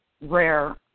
rare